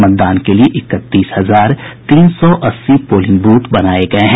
मतदान के लिये इकतीस हजार तीन सौ अस्सी पोलिंग बूथ बनाये गये हैं